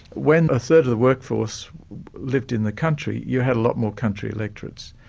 when a third of the workforce lived in the country, you had a lot more country electorates.